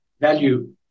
value